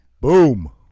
Boom